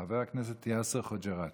חבר הכנסת יאסר חוג'יראת.